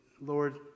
Lord